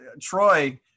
Troy